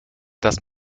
dass